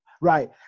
Right